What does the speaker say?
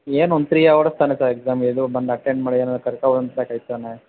ಏನೊಂದು three hours ತಾನೆ sir exam ಇದು ಬಂದು ಅಟೆಂಡ್ ಮಾಡಿ ಏನಾದ್ರು ಕರ್ಕೊಂಬಂದ್ ತಾನೆ